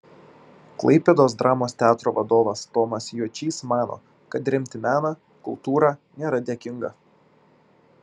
klaipėdos dramos teatro vadovas tomas juočys mano kad remti meną kultūrą nėra dėkinga